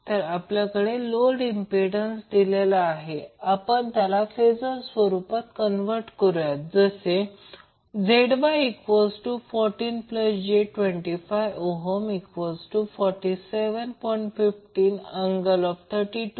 तर आपल्याकडे load impedance दिलेला आहे आपण त्याला फेजर स्वरूपात कन्वर्ट करूया जसे ZY40j25 47